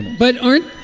but aren't